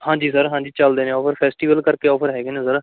ਹਾਂਜੀ ਸਰ ਹਾਂਜੀ ਚੱਲਦੇ ਨੇ ਔਫਰ ਫੈਸਟੀਵਲ ਕਰਕੇ ਔਫਰ ਹੈਗੇ ਨੇ ਸਰ